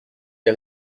les